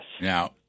Now